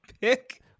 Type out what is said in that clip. pick